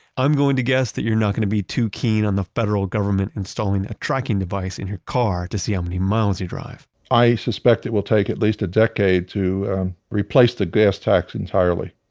i'm going to guess that you're not going to be too keen on the federal government installing a tracking device in your car to see how many miles you drive i suspect it will take at least a decade to replace the gas tax entirely,